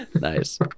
nice